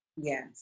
yes